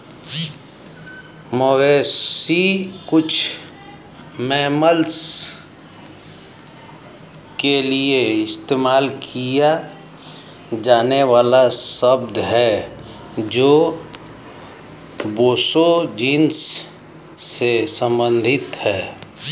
मवेशी कुछ मैमल्स के लिए इस्तेमाल किया जाने वाला शब्द है जो बोसो जीनस से संबंधित हैं